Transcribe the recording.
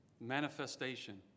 Manifestation